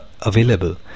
available